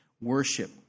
worship